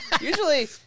Usually